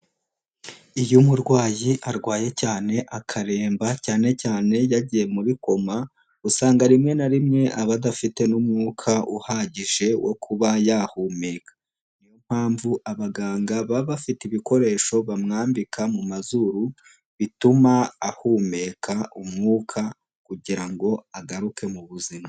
Iyo umurwayi arwaye cyane akaremba cyane cyane yagiye muri koma usanga rimwe na rimwe aba adafite n'umwuka uhagije wo kuba yahumeka. Niyo mpamvu abaganga baba bafite ibikoresho bamwambika mu mazuru bituma ahumeka umwuka kugira ngo agaruke mu buzima.